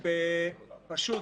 פשוט,